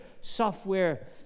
software